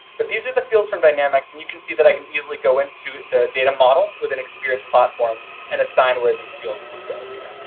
but these are the fields from dynamics and you can see that i can easily go into the data model within experience platform and assign where these fields would go here.